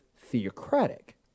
theocratic